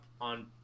on